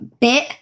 bit